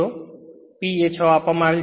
તેથી P A 6 આપવામાં આવેલ છે